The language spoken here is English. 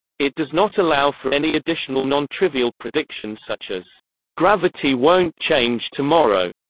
it does not allow for any additional nontrivial predictions such as gravity won't change tomorrow.